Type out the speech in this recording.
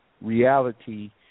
reality